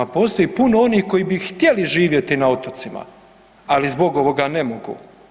Postoji puno onih koji bi htjeli živjeti na otocima, ali zbog ovoga ne mogu.